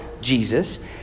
Jesus